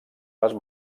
les